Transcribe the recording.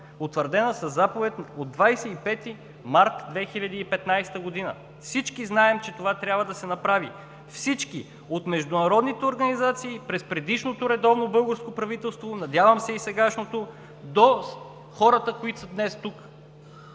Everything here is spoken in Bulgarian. утвърдена със заповед от 25 март 2015 г. Всички знаем, че това трябва да се направи, всички – от международните организации, през предишното редовно българско правителство, надявам се, и сегашното, до хората, които са днес тук.